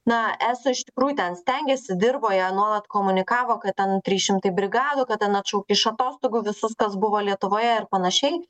na eso iš tikrųjų ten stengiasi dirba jie nuolat komunikavo kad ten trys šimtai brigadų kad ten atšaukti iš atostogų visus kas buvo lietuvoje ir panašiai